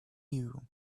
you